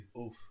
Oof